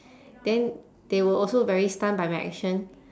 then they were also very stunned by my action